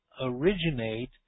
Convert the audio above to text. originate